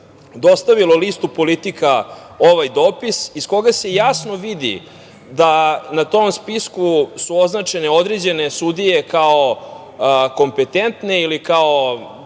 dostavilo listu „Politika“ ovaj dopis iz koga se jasno vidi da su na tom spisku označene određene sudije kao kompetentne ili kao